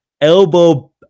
elbow